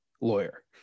lawyer